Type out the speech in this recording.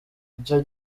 icyo